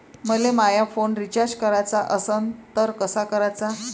मले माया phone recharge कराचा असन तर कसा कराचा?